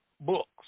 books